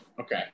Okay